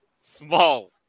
small